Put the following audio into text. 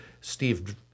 Steve